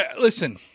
listen